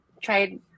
tried